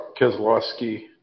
Keselowski